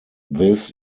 this